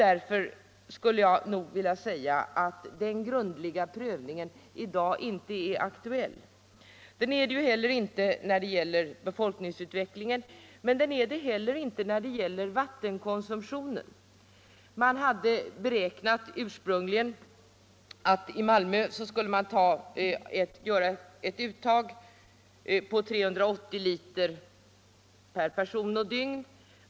Därför skulle jag nog vilja säga att den grundliga prövning som gjorts tidigare inte nu är aktuell. Den är inte aktuell när det gäller befolkningsutvecklingen och den är det inte heller när det gäller vattenkonsumtionen. Ursprungligen beräknade man att vattenkonsumtionen i Malmö skulle uppgå till 380 liter per person och dygn.